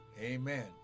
Amen